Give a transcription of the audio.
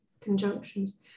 conjunctions